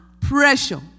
pressure